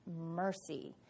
mercy